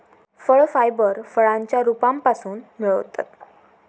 फळ फायबर फळांच्या रोपांपासून मिळवतत